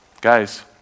Guys